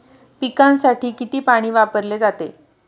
पिकांसाठी किती पाणी वापरले जाते?